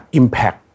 impact